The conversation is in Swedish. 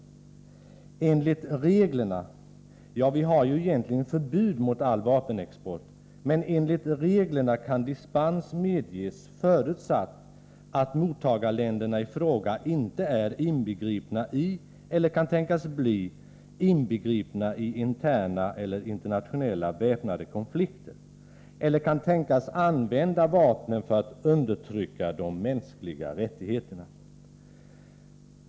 Enligt reglerna — ja, vi har ju egentligen förbud mot all vapenexport — men enligt reglerna kan dispens medges förutsatt att mottagarländerna i fråga inte är eller kan tänkas bli inbegripna i interna eller internationella väpnade konflikter eller kan tänkas använda vapnen för att undertrycka de mänskliga rättigheterna.